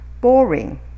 boring